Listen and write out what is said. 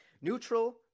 Neutral